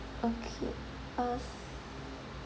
okay uh